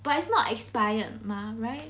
but it's not expired mah right